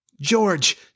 George